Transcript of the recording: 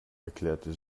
erklärte